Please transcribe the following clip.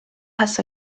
has